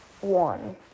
one